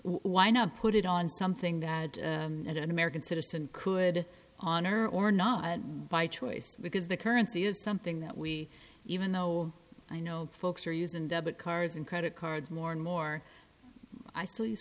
why not put it on something that at an american citizen could honor or not by choice because the currency is something that we even though i know folks are using cards in credit cards more and more i